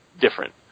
different